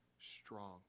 strong